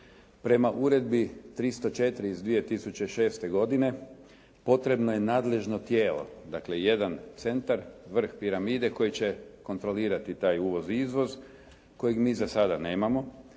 Prema Uredbi 304. iz 2006. godine potrebno je nadležno tijelo, dakle jedan centar, vrh piramide koji će kontrolirati taj uvoz i izvoz kojeg mi za sada nemamo,